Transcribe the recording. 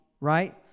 right